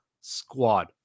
squad